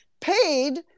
paid